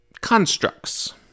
constructs